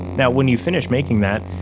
now, when you finish making that,